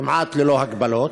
כמעט ללא הגבלות.